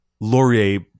Laurier